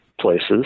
places